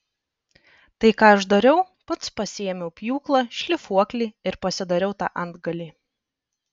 tai ką aš dariau pats pasiėmiau pjūklą šlifuoklį ir pasidariau tą antgalį